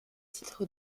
titre